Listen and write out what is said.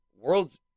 world's